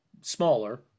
smaller